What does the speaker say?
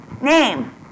Name